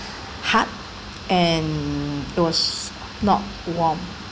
hard and it was not warm